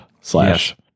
slash